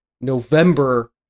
November